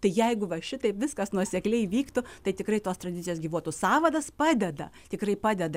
tai jeigu va šitaip viskas nuosekliai vyktų tai tikrai tos tradicijos gyvuotų sąvadas padeda tikrai padeda